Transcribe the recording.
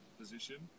position